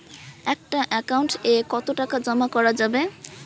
একটা একাউন্ট এ কতো টাকা জমা করা যাবে?